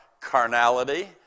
carnality